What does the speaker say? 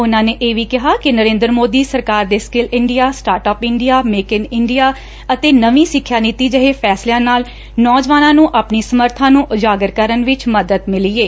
ਉਨਾਂ ਨੇ ਇਹ ਵੀ ਕਿਹਾ ਕਿ ਨਰੇਂਦਰ ਮੋਦੀ ਸਰਕਾਰ ਦੇ skill India start up India make in India ਅਤੇ ਨਵੀਂ ਸਿੱਖਿਆ ਨੀਤੀ ਜਹੇ ਫੈਸਲਿਆਂ ਨਾਲ ਨੌਜਵਾਨਾਂ ਨੂੰ ਆਪਣੀ ਸਮਰੱਬਾ ਨੂੰ ਉਜਾਗਰ ਕਰਨ ਵਿਚ ਮਦਦ ਮਿਲੀ ਏ